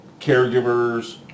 caregivers